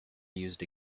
used